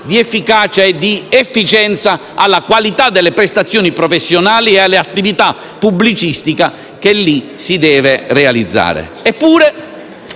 di efficacia e di efficienza alla qualità delle prestazioni professionali e all'attività pubblicistica che lì si deve realizzare.